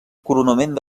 coronament